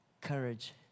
courage